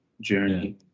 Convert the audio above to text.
journey